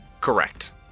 Correct